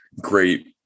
great